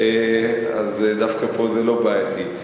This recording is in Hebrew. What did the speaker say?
אז דווקא פה זה לא בעייתי.